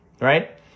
right